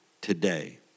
today